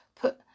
put